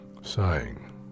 Sighing